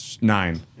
nine